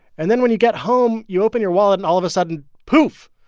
and then when you get home, you open your wallet. and all of a sudden poof.